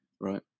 right